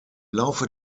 laufe